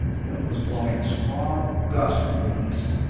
the wind was blowing a strong gust from the east.